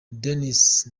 dennis